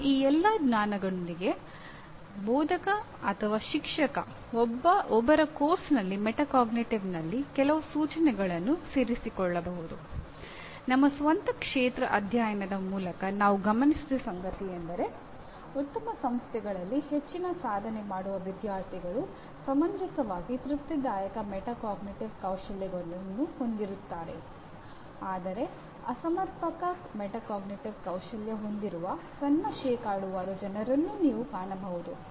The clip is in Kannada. ಈಗ ಈ ಎಲ್ಲ ಜ್ಞಾನದೊಂದಿಗೆ ಬೋಧಕ ಅಥವಾ ಶಿಕ್ಷಕ ಒಬ್ಬರ ಪಠ್ಯಕ್ರಮದಲ್ಲಿ ಮೆಟಾಕಾಗ್ನಿಟಿವ್ನಲ್ಲಿ ಕೌಶಲ್ಯ ಹೊಂದಿರುವ ಸಣ್ಣ ಶೇಕಡಾವಾರು ಜನರನ್ನೂ ನೀವು ಕಾಣಬಹುದು